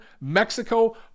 Mexico